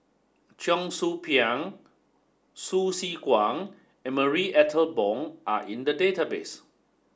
Cheong Soo Pieng Hsu Tse Kwang and Marie Ethel Bong are in the database